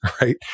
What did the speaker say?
right